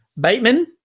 Bateman